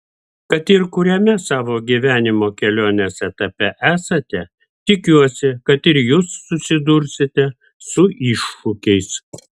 kad ir kuriame savo gyvenimo kelionės etape esate tikiuosi kad ir jūs susidursite su iššūkiais